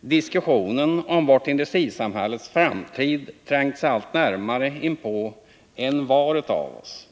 diskussionen om vårt industrisamhälles framtid trängt sig allt närmare inpå envar av oss.